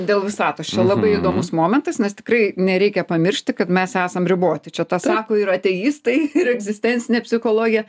dėl visatos čia labai įdomus momentas nes tikrai nereikia pamiršti kad mes esam riboti čia tą sako ir ateistai ir egzistencinė psichologija